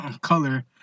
color